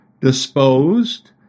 disposed